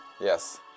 yes